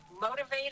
motivated